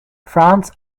france